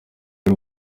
y’u